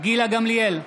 גילה גמליאל,